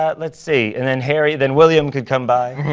ah let's see. and then harry then william could come by.